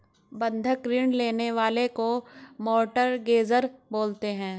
बंधक ऋण लेने वाले को मोर्टगेजेर बोलते हैं